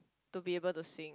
to be able to sing